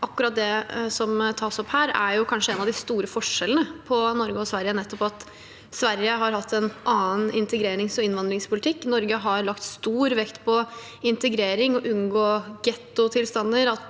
Akkurat det som tas opp her, er kanskje en av de store forskjellene på Norge og Sverige, nettopp at Sverige har hatt en annen integrerings- og innvandringspolitikk. Norge har lagt stor vekt på integrering og på å unngå getto-tilstander.